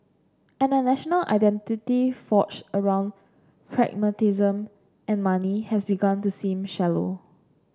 and a national identity forged around pragmatism and money has begun to seem shallow